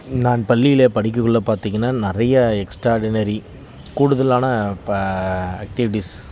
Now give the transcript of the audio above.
நான் பள்ளியில் படிக்கக்குள்ள பார்த்தீங்கன்னா நிறையா எக்ஸ்ட்ராடினரி கூடுதலான ப ஆக்டிவிட்டிஸ்